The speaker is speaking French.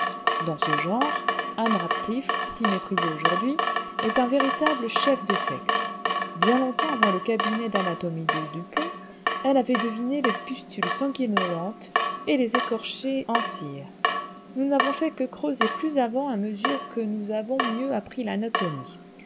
dans ce genre anne radcliffe si méprisée aujourd'hui est un véritable chef de secte bien longtemps avant le cabinet d'anatomie de dupont elle avait deviné les pustules sanguinolentes et les écorchés en cire nous n'avons fait que creuser plus avant à mesure que nous avons mieux appris l'anatomie